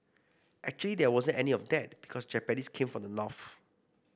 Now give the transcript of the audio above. actually there wasn't any of that because the Japanese came from the north